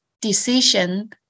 decision